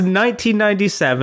1997